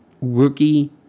rookie